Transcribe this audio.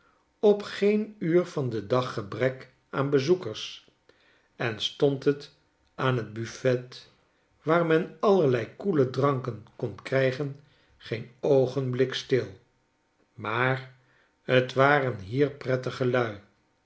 op geen uur van den dag gebrek aan bezoekers en stond het aan t buffet waar men allerlei koele dranken kon krijgen geen oogenblik stil maar t waren hier prettige lui